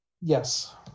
Yes